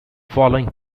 following